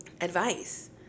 advice